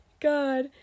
God